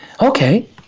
Okay